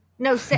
No